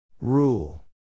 Rule